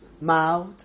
mouth